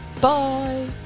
Bye